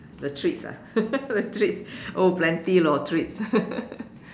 the treats ah the treats oh plenty lor treats